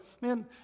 man